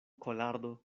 kolardo